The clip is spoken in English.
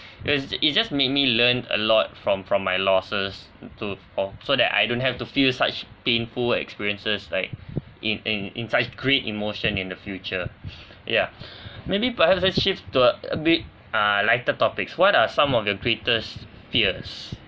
it was it just made me learn a lot from from my losses to for so that I don't have to feel such painful experiences like in in in such great emotion in the future ya maybe perhaps let's shift to a a bit uh lighter topics what are some of your greatest fears